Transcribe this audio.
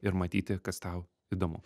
ir matyti kas tau įdomu